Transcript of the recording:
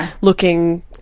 looking